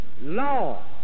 law